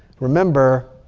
remember,